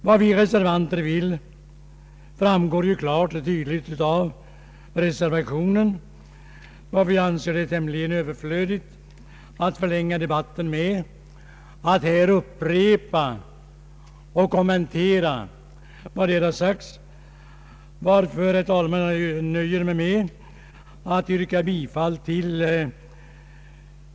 Vad vi vill framgår ju klart och tydligt av reservationen. Jag anser det alltså tämligen överflödigt att förlänga debatten med att här upprepa och kommentera vad som sagts i reservationerna. Jag nöjer mig därför, herr talman.